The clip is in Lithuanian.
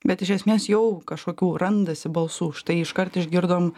bet iš esmės jau kažkokių randasi balsų štai iškart išgirdom